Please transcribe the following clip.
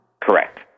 Correct